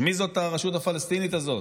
אז מי זאת הרשות הפלסטינית הזאת,